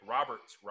Robert's